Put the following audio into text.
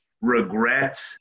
regret